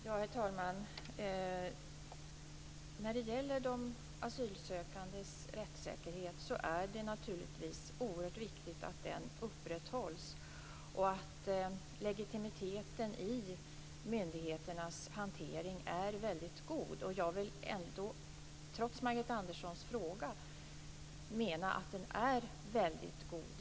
Herr talman! Det är naturligtvis väldigt viktigt att asylsökandes rättssäkerhet upprätthålls och att legitimiteten i myndigheternas hantering är väldigt god. Jag vill ändå, trots Margareta Anderssons fråga, mena att den är väldigt god.